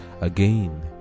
again